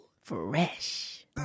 Fresh